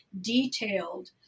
detailed